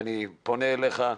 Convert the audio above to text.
ואני פונה אליך,